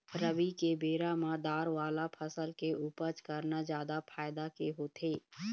रबी के बेरा म दार वाला फसल के उपज करना जादा फायदा के होथे